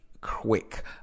quick